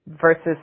versus